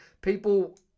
people